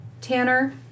Tanner